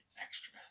extra